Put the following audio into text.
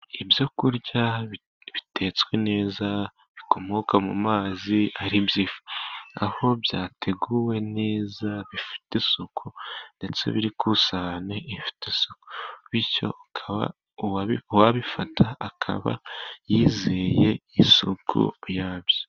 Ibyo kurya bitetswe neza, bikomoka mu mazi ari byo ifi, aho byateguwe neza bifite isuku ndetse biri kusahani ifite isuku. Bityo ukaba uwabifata akaba yizeye isuku yabyo.